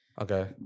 Okay